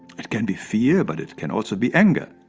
it can be fear, but it can also be anger,